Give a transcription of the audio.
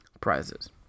prizes